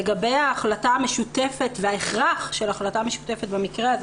לגבי ההחלטה המשותפת וההכרח של החלטה משותפת במקרה הזה,